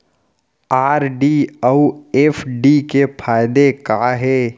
RD अऊ FD के फायेदा का हे?